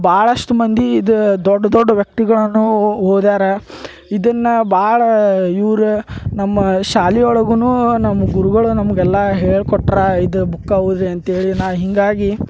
ಭಾಳಷ್ಟು ಮಂದಿ ಇದು ದೊಡ್ಡ ದೊಡ್ಡ ವ್ಯಕ್ತಿಗಳನ್ನೂ ಓದ್ಯಾರ ಇದನ್ನು ಭಾಳ ಇವ್ರು ನಮ್ಮ ಶಾಲೆ ಒಳಗೂ ನಮ್ಮ ಗುರುಗಳು ನಮ್ಗೆ ಎಲ್ಲಾ ಹೇಳ್ಕೊಟ್ರಾ ಇದು ಬುಕ್ಕಾ ಓದ್ರಿ ಅಂತ್ಹೇಳಿ ನಾ ಹೀಗಾಗಿ